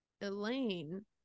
Elaine